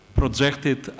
projected